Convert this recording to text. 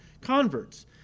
converts